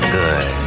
good